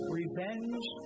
revenge